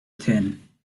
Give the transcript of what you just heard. thin